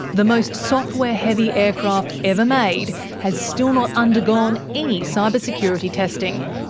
the most software-heavy aircraft ever made has still not undergone any cyber security testing,